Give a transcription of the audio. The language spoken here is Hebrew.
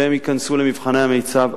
והם ייכנסו השנה למבחני המיצ"ב,